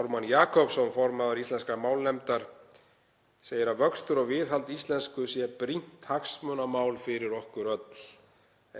Ármann Jakobsson, formaður Íslenskrar málnefndar, segir að vöxtur og viðhald íslensku sé brýnt hagsmunamál fyrir okkur öll,